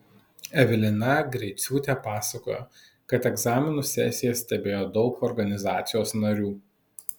evelina greiciūtė pasakojo kad egzaminų sesiją stebėjo daug organizacijos narių